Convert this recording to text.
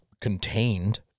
contained